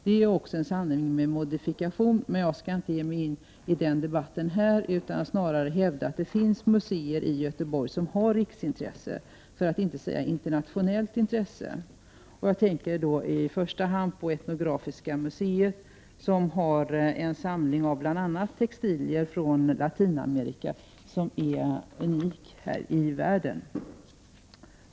Det är också en sanning med modifikation, men jag skall inte ge mig in i den debatten här, utan snarare hävda att det finns museer i Göteborg som har riksintresse, för att inte säga internationellt intresse. Jag tänker i första hand på Etnografiska museet, som har en samling av bl.a. textilier från Latinamerika som är unik i världen.